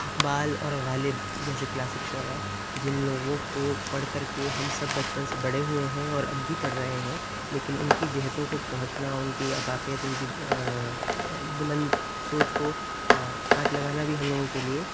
اقبال اور غالب جیسے کلاسک شعرا جن لوگوں کو پڑھ کر کے ہم سب بچپن سے بڑے ہوئے ہیں اور اب بھی پڑھ رہے ہیں لیکن ان کی جہتوں کو پہنچنا ان کی آفاقیت ان کی بلند سوچ کو ہاتھ لگانا بھی ہم لوگوں کے لیے